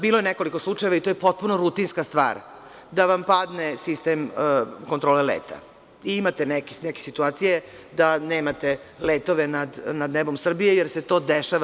Bilo je nekoliko slučajeva i to je potpuno rutinska stvar, da vam padne sistem kontrole leta i imate neke situacije da nemate letove nad nebom Srbije, jer se to dešava.